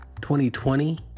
2020